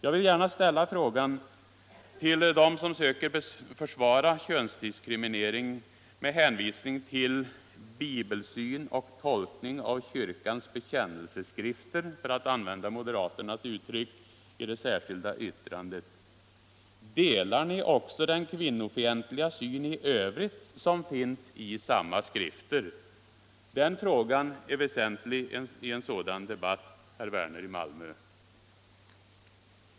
Jag vill gärna ställa frågan till dem som söker försvara könsdiskrimineringen med hänvisning till ”bibelsyn och tolkning av kyrkans bekännelseskrifter”, för att använda moderaternas uttryck i det särskilda yttrandet: Delar ni också den kvinnofientliga syn i övrigt som finns i samma skrifter? Den frågan är väsentlig i en sådan debatt, herr Werner i Malmö.